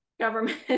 government